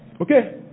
Okay